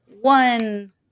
one